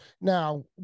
now